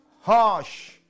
harsh